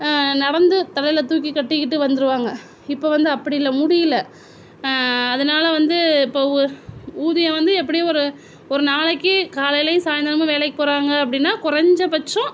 நடந்து தலையில் தூக்கி கட்டிக்கிட்டு வந்திருவாங்க இப்போ வந்து அப்படி இல்லை முடியல அதனால வந்து இப்போ ஊ ஊதியம் வந்து எப்படியும் ஒரு ஒரு நாளைக்கு காலையிலையும் சாயந்தரமும் வேலைக்கு போகிறாங்க அப்படினா குறஞ்ச பட்சம்